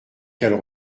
qu’elle